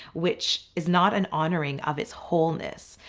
which is not an honouring of its wholeness.